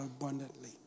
abundantly